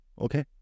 Okay